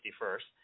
first